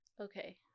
Okay